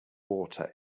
water